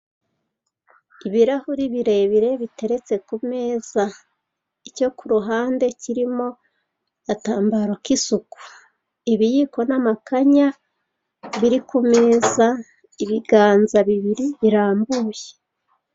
Ibirahure birebire biteretse ku meza icyo ku ruhande kirimo agatambaro k'isuku, ibiyiko n'amakanya biri ku meza, ibiganza bibiri birambuye.